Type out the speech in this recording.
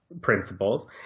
principles